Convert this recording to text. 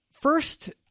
First